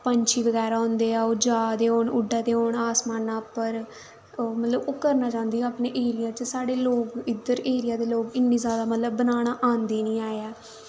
पंक्षी बगैरा होंदे ऐ ओह् जा'रदे होन उड्डा दे होन आसमाना पर मतलब ओह् करना चांह्दे होन साढ़े एरिया च लोग इद्धर एरिया दे लोग मतलब बनाना आंदी निं ऐ